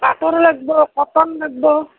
পাটৰ লাগিব কটন লাগিব